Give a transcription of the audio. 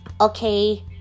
Okay